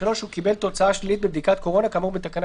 הוא קיבל תוצאה שלילית בבדיקת קורונה כאמור בתקנה